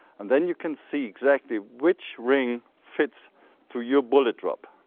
and then you can see exactly which ring fits to your bullet drop.